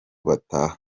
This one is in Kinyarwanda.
bataha